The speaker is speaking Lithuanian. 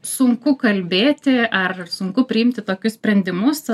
sunku kalbėti ar sunku priimti tokius sprendimus